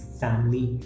family